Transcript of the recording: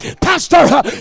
pastor